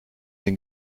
den